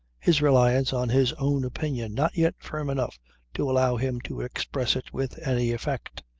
his reliance on his own opinion not yet firm enough to allow him to express it with any effect.